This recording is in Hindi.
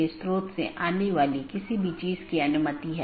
एक IBGP प्रोटोकॉल है जो कि सब चीजों से जुड़ा हुआ है